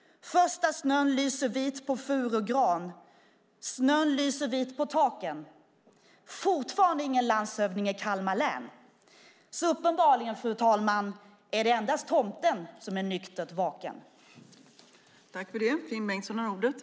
Första snön lyser vit på fur och gran. Snön lyser vit på taken. Vi har fortfarande ingen landshövding i Kalmar län. Uppenbarligen, fru talman, är det endast tomten som är nyktert vaken.